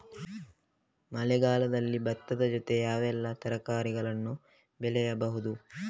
ಮಳೆಗಾಲದಲ್ಲಿ ಭತ್ತದ ಜೊತೆ ಯಾವೆಲ್ಲಾ ತರಕಾರಿಗಳನ್ನು ಬೆಳೆಯಬಹುದು?